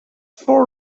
for